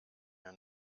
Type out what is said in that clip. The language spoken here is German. mir